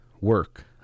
work